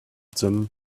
them